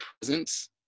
presence